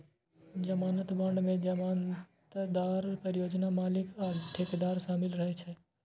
जमानत बांड मे जमानतदार, परियोजना मालिक आ ठेकेदार शामिल रहै छै